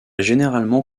généralement